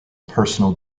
personal